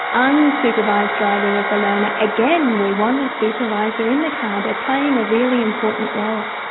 unsupervised driving of the learner. again, we want a supervisor in the car, they are playing a really important role.